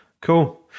Cool